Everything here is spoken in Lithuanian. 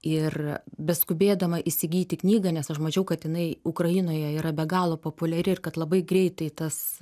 ir beskubėdama įsigyti knygą nes aš mačiau kad jinai ukrainoje yra be galo populiari ir kad labai greitai tas